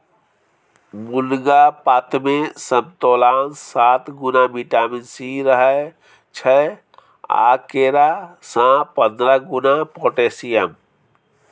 मुनगा पातमे समतोलासँ सात गुणा बिटामिन सी रहय छै आ केरा सँ पंद्रह गुणा पोटेशियम